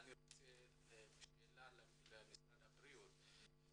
אני רוצה לשאול את משרד הבריאות,